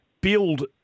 build